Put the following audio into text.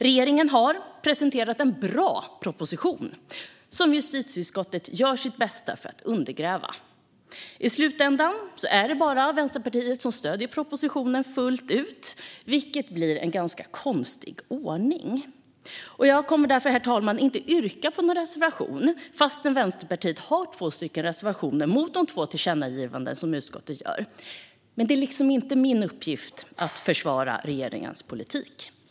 Regeringen har presenterat en bra proposition, som justitieutskottet gör sitt bästa för att undergräva. I slutändan är det bara Vänsterpartiet som fullt ut stöder propositionen, vilket blir en ganska konstig ordning. Jag kommer därför, herr talman, inte att yrka bifall till någon reservation även om Vänsterpartiet har två reservationer mot de två tillkännagivanden som utskottet gör. Det är liksom inte min uppgift att försvara regeringens politik.